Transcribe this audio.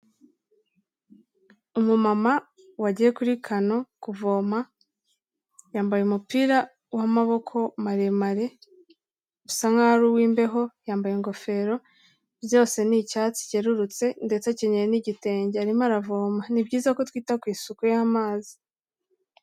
Umumama wagiye kuri kano kuvoma, yambaye umupira w'amaboko maremare usa nkaho ari uw'imbeho yambaye ingofero byose ni icyatsi cyerurutse ndetse akeneyenye n'igitenge arimo aravoma, ni byiza ko twita ku isuku y'amazi.